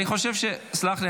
סלח לי,